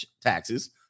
taxes